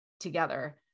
together